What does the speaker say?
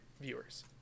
viewers